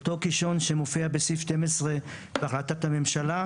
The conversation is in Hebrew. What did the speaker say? ואותו קישון מופיע בהחלטת הממשלה בסעיף 12,